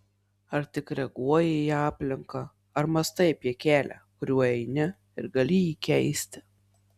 ar tik reaguoji į aplinką ar mąstai apie kelią kuriuo eini ir gali jį keisti